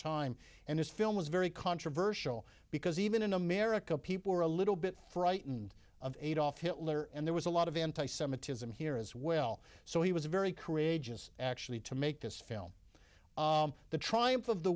time and his film was very controversial because even in america people were a little bit frightened of adolf hitler and there was a lot of anti semitism here as well so he was very courageous actually to make this film the triumph of the